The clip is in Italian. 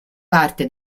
parte